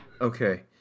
okay